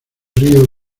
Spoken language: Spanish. río